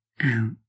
out